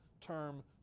term